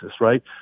right